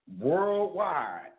worldwide